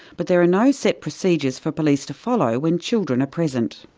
but there are no set procedures for police to follow when children are present.